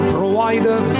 Provider